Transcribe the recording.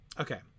Okay